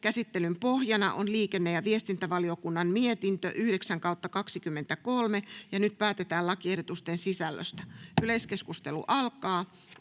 Käsittelyn pohjana on hallintovaliokunnan mietintö HaVM 11/2023 vp. Nyt päätetään lakiehdotusten sisällöstä. — Yleiskeskustelua,